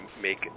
make